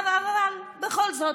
אבל בכל זאת,